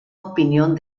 opinión